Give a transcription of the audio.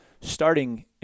starting –